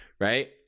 Right